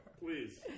Please